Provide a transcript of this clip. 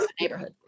neighborhood